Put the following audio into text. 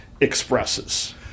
expresses